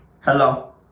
Hello